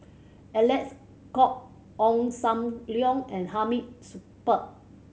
Alec Kuok Ong Sam Leong and Hamid Supaat